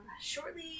shortly